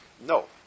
No